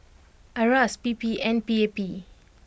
Iras P P and P A P